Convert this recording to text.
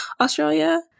Australia